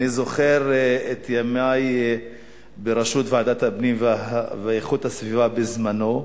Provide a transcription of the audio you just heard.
אני זוכר את ימי בראשות ועדת הפנים ואיכות הסביבה בזמנו,